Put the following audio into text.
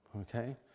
okay